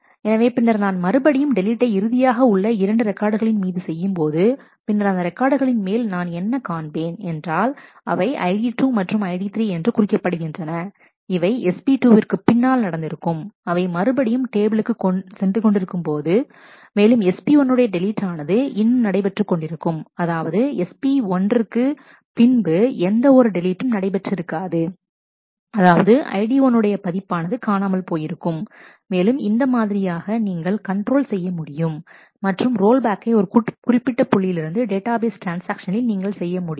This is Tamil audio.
எனவே பின்னர் நான் மறுபடியும் டெலீட்டை இறுதியாக உள்ள இரண்டு ரெக்கார்டுகளின் மீது செய்யும்போது பின்னர் அந்த ரெக்கார்டுகளின் மேல் நான் என்ன காண்பேன் என்றாள் அவை ID2 மற்றும் ID3 என்று குறிக்கப்படுகின்றன இவை SP2 விற்கு பின்னால் நடந்திருக்கும் அவை மறுபடியும் டேபிளுக்குக்கு சென்றிருக்கும் மேலும்SP1 உடைய டெலீட் ஆனது இன்னும் நடைபெற்றுக் கொண்டிருக்கும் அதாவது SP1 ஒன்றிற்கு பின்பு எந்த ஒரு டெலீட்டும் நடைபெற்று இருக்காது அதாவது ID1 உடைய பதிப்பானது காணாமல் போயிருக்கும் மேலும் இந்த மாதிரியாக நீங்கள் கண்ட்ரோல் செய்ய முடியும் மற்றும் ரோல் பேக்கை ஒரு குறிப்பிட்ட புள்ளியிலிருந்து டேட்டாபேஸ் ட்ரான்ஸ்ஆக்ஷனில் நீங்கள் செய்ய முடியும்